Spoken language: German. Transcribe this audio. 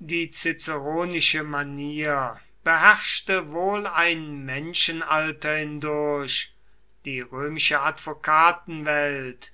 die ciceronische manier beherrschte wohl ein menschenalter hindurch die römische advokatenwelt